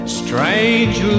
strange